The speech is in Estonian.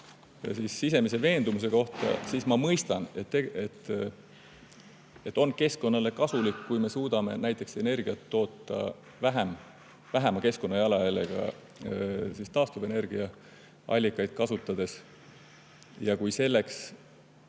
minu sisemise veendumuse kohta. Ma mõistan, et on keskkonnale kasulik, kui me suudame näiteks energiat toota vähema keskkonnajalajäljega, taastuvenergiaallikaid kasutades. Kui teha